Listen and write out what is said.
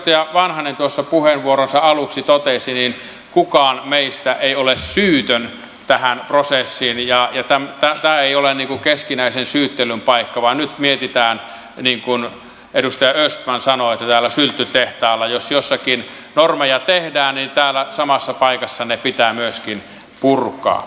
ja niin kuin edustaja vanhanen puheenvuoronsa aluksi totesi kukaan meistä ei ole syytön tähän prosessiin ja tämä ei ole keskinäisen syyttelyn paikka vaan nyt mietitään niin kuin edustaja östman sanoi että täällä sylttytehtaalla jos jossakin normeja kun tehdään niin täällä samassa paikassa ne pitää myöskin purkaa